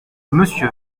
monsieur